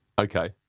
Okay